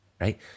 right